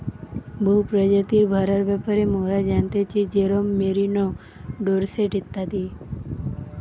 বহু প্রজাতির ভেড়ার ব্যাপারে মোরা জানতেছি যেরোম মেরিনো, ডোরসেট ইত্যাদি